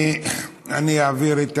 אני אעביר את